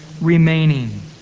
remaining